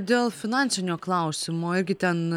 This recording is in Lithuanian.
dėl finansinio klausimo irgi ten